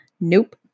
Nope